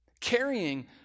Carrying